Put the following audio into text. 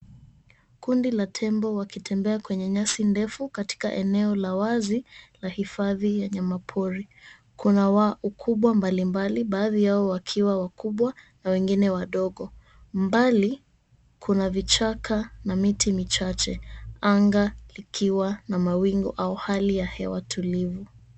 Kundi la tembo wakitembea kwenye nyasi ndefu katika eneo la wazi la hifadhi wanyama pori kuna ukubwa mbali mbali baadhi yao wakiwa wakubwa na wengine wadogo mbali kuna vichaka na miti michache anga likiwa na mawingu au hali ya hewa tulivu.